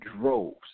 droves